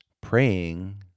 praying